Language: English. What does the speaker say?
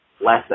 less